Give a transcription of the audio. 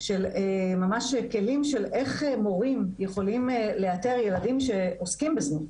ממש כלים איך מורים יכולים לאתר ילדים שעוסקים בזנות.